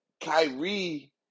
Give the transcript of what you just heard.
kyrie